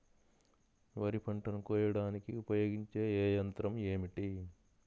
వరిపంటను పంటను కోయడానికి ఉపయోగించే ఏ యంత్రం ఏమిటి?